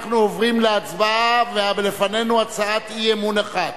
אנחנו עוברים להצבעה ולפנינו הצעת אי-אמון אחת,